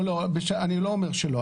אני לא אומר שלא.